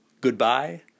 Goodbye